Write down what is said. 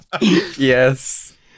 Yes